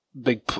big